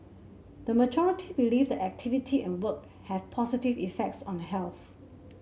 the majority believe that activity and work have positive effects on health